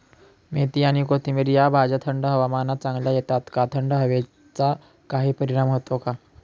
मेथी आणि कोथिंबिर या भाज्या थंड हवामानात चांगल्या येतात का? थंड हवेचा काही परिणाम होतो का?